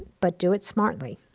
but do it smartly.